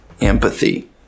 empathy